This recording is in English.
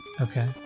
Okay